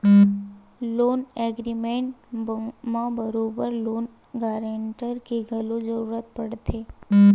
loan agreement म बरोबर loan guarantor के घलो जरुरत पड़थे